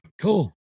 Cool